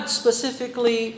specifically